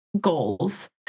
goals